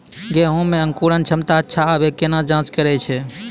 गेहूँ मे अंकुरन क्षमता अच्छा आबे केना जाँच करैय छै?